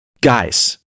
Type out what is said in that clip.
guys